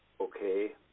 Okay